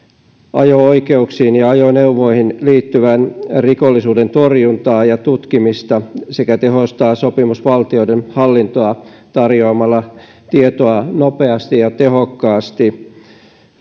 ajo oikeuksiin ja ajoneuvoihin liittyvän rikollisuuden torjuntaa ja tutkimista sekä tehostaa sopimusvaltioiden hallintoa tarjoamalla tietoa nopeasti ja tehokkaasti